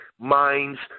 minds